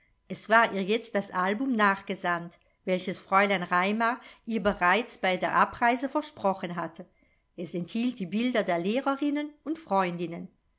es war ihr jetzt das album nachgesandt welches fräulein raimar ihr bereits bei der abreise versprochen hatte es enthielt die bilder der lehrerinnen und freundinnen